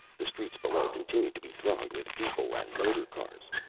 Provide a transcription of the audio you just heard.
the streets below continued to be thronged with people and motor-cars.